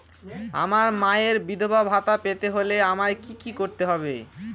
আমার মায়ের বিধবা ভাতা পেতে হলে আমায় কি কি করতে হবে?